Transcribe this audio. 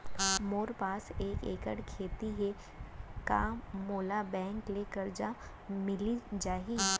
मोर पास एक एक्कड़ खेती हे का मोला बैंक ले करजा मिलिस जाही?